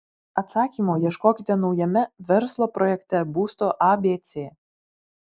atsakymo ieškokite naujame verslo projekte būsto abc